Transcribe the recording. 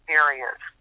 areas